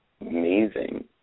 amazing